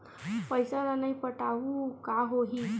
पईसा ल नई पटाहूँ का होही?